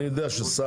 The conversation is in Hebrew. אני יודע ששר